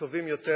טובים יותר.